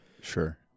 Sure